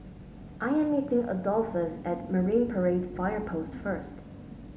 I am meeting Adolphus at Marine Parade Fire Post first